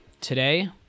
Today